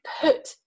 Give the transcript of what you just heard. put